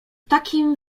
takim